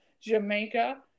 jamaica